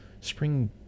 Spring